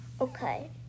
okay